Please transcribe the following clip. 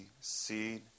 seed